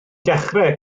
dechrau